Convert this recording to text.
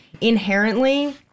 inherently